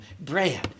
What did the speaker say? bread